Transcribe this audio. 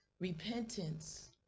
Repentance